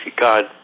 God